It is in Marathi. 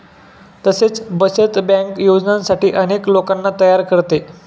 तसेच बचत बँक योजनांसाठी अनेक लोकांना तयार करते